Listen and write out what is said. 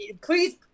please –